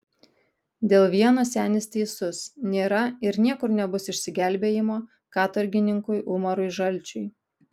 dėl vieno senis teisus nėra ir niekur nebus išsigelbėjimo katorgininkui umarui žalčiui